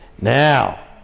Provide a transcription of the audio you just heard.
now